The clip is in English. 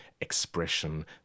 Expression